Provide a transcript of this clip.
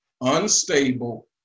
Unstable